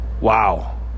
Wow